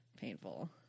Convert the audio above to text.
painful